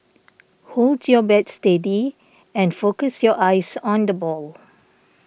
hold your bat steady and focus your eyes on the ball